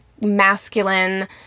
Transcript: masculine